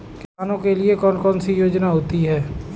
किसानों के लिए कौन कौन सी योजनायें होती हैं?